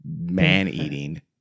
man-eating